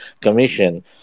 Commission